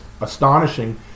astonishing